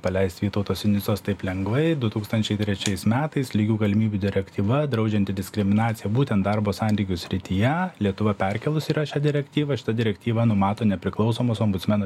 paleist vytauto sinicos taip lengvai du tūkstančiai trečiais metais lygių galimybių direktyva draudžianti diskriminaciją būtent darbo santykių srityje lietuva perkėlus yra šią direktyvą šita direktyva numato nepriklausomos ombudsmeno